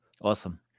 Awesome